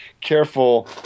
careful